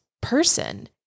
person